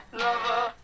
lover